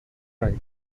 right